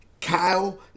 Kyle